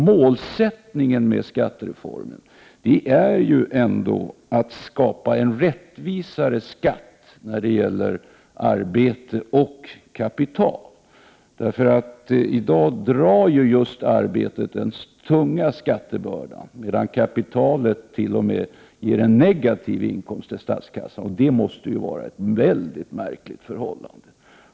Målsättningen med skattereformen är ändå att skapa en rättvisare skatt när det gäller arbete och kapital. I dag bär arbetet den tunga skattebördan, medan kapitalet t.o.m. ger en negativ inkomst till statskassan — och det måste ju vara ett mycket märkligt förhållande.